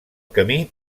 camí